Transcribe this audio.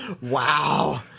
Wow